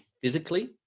physically